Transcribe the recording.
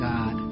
God